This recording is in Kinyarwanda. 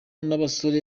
n’abasore